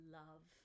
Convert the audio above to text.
love